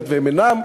היות שהם אינם.